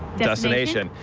destination.